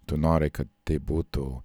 tu nori kad tai būtų